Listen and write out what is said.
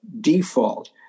default